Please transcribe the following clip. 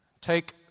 take